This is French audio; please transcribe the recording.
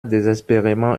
désespérément